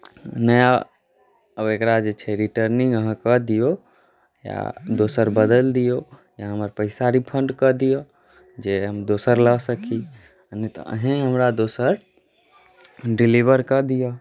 नया आब एकरा जे छै रिटर्निंग अहाँ कऽ दियौ या दोसर बदलि दियौ या हमर पैसा रिफण्ड कऽ दिअ जे हम दोसर लऽ सकी आ नहि तऽ अहीँ हमरा दोसर डिलीवर कऽ दिअ